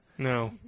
No